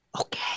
okay